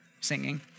singing